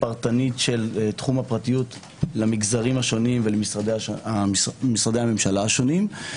פרטנית של תחום הפרטיות למגזרים השונים ולמשרדי הממשלה השונים.